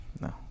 No